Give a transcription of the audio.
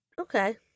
Okay